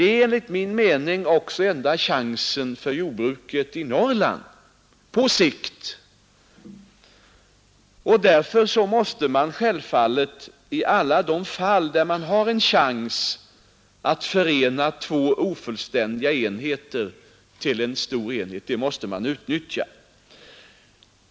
Enligt min mening är detta också enda chansen för jordbruket i Norrland på sikt, och därför måste man självfallet i alla de fall, där man har en chans att förena två ofullständiga enheter till en stor enhet, utnyttja denna.